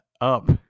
up